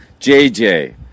JJ